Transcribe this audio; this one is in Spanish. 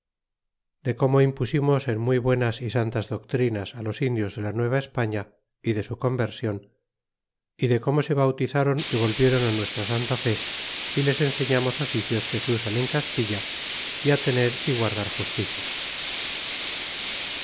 de como impusimos en muy buenas y santas doctrinas los indios de la nueva españa y de su conversion y de como se bautizron y volviéron nuestra santa fe y les enseilamos oficios que se usan en castilla y á tener y guardar justicia